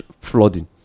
flooding